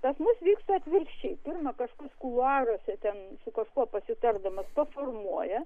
pas mus vyksta atvirkščiai pirma kažkas kuluaruose ten su kažkuo pasitardamas suformuoja